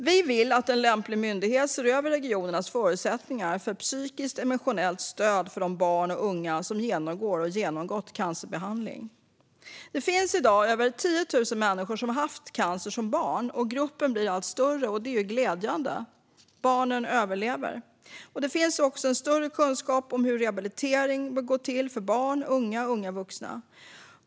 Vi vill att en lämplig myndighet ser över regionernas förutsättningar för psykiskt och emotionellt stöd för de barn och unga som genomgår och har genomgått cancerbehandling. Det finns i dag över 10 000 människor som har haft cancer som barn. Gruppen blir allt större. Och det är ju glädjande; barnen överlever. Det finns också större kunskap om rehabilitering för barn, unga och unga vuxna.